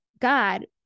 God